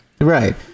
right